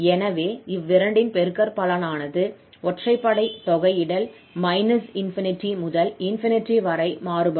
எனவே இவ்விரண்டின் பெருகற்பலனானது ஒற்றைப்படை தொகையிடல் −∞ முதல் ∞ வரை மாறுபடும்